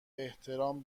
احترام